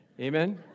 Amen